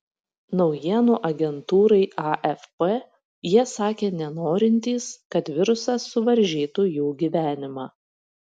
naujienų agentūrai afp jie sakė nenorintys kad virusas suvaržytų jų gyvenimą